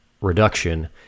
reduction